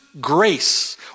grace